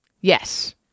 Yes